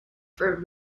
for